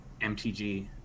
MTG